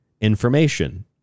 information